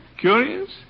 Curious